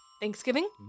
thanksgiving